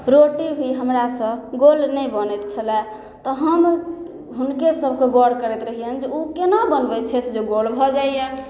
रोटी भी हमरासँ गोल नहि बनैत छलए तऽ हम हुनके सबके गौर करैत रहियनि जे ओ केना बनबैत छथि जे गोल भऽ जाइया